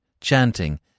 chanting